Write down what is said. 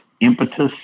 impetus